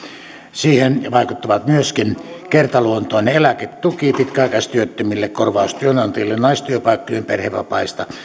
siihen vaikuttavat myöskin kertaluontoinen eläketuki pitkäaikaistyöttömille korvaus työnantajille naistyöpaikkojen perhevapaista